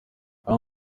aho